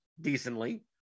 decently